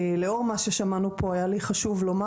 לאור מה ששמענו כאן היה לי חשוב לומר